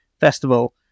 festival